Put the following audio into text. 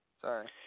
Sorry